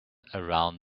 around